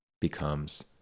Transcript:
becomes